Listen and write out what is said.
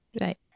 Right